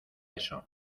eso